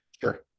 sure